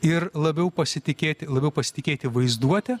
ir labiau pasitikėti labiau pasitikėti vaizduote